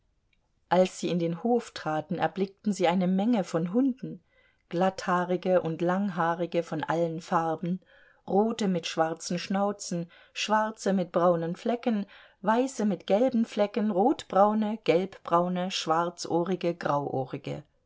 als sie in den hof traten erblickten sie eine menge von hunden glatthaarige und langhaarige von allen farben rote mit schwarzen schnauzen schwarze mit braunen flecken weiße mit gelben flecken rotbraune gelbbraune schwarzohrige grauohrige